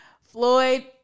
Floyd